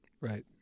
Right